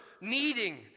needing